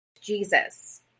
Jesus